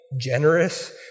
generous